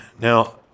Now